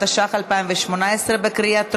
התשע"ח 2018, בקריאה טרומית.